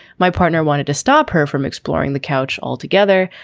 my partner wanted to stop her from exploring the couch altogether,